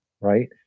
right